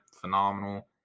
phenomenal